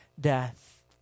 death